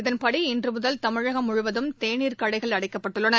இதன்படி இன்று முதல் தமிழகம் முழுவதும் தேநீர் கடைகள் அடைக்கப்பட்டுள்ளன